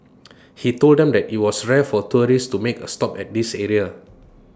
he told them that IT was rare for tourists to make A stop at this area